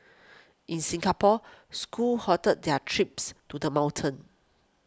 in Singapore schools halted their trips to the mountain